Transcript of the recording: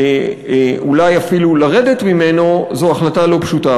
ואולי אפילו לרדת ממנו, זאת החלטה לא פשוטה.